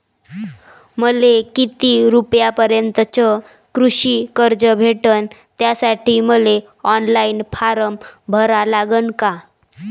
मले किती रूपयापर्यंतचं कृषी कर्ज भेटन, त्यासाठी मले ऑनलाईन फारम भरा लागन का?